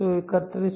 5 8131